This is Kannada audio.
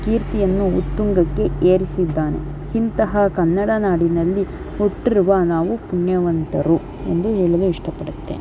ಕೀರ್ತಿಯನ್ನು ಉತ್ತುಂಗಕ್ಕೆ ಏರಿಸಿದ್ದಾನೆ ಇಂತಹ ಕನ್ನಡ ನಾಡಿನಲ್ಲಿ ಹುಟ್ಟಿರುವ ನಾವು ಪುಣ್ಯವಂತರು ಎಂದು ಹೇಳಲು ಇಷ್ಟಪಡುತ್ತೇನೆ